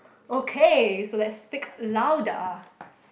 okay so let's speak louder